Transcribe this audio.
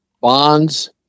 bonds